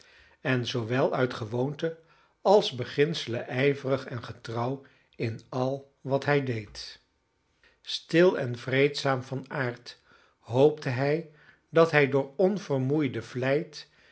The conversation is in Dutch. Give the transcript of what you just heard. en zoowel uit gewoonte als beginselen ijverig en getrouw in al wat hij deed stil en vreedzaam van aard hoopte hij dat hij door